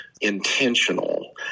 intentional